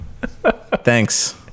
Thanks